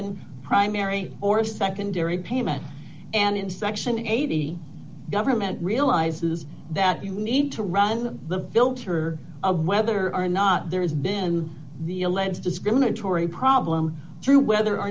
and primary or secondary payment and in section eighty government realizes that you need to run the filter of whether or not there has been the a lens discriminatory problem through whether or